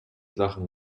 lachen